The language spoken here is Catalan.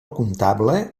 comptable